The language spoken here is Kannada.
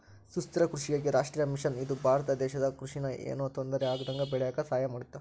ಸುಸ್ಥಿರ ಕೃಷಿಗಾಗಿ ರಾಷ್ಟ್ರೀಯ ಮಿಷನ್ ಇದು ಭಾರತ ದೇಶದ ಕೃಷಿ ನ ಯೆನು ತೊಂದರೆ ಆಗ್ದಂಗ ಬೇಳಿಯಾಕ ಸಹಾಯ ಮಾಡುತ್ತ